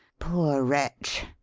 poor wretch!